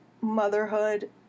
motherhood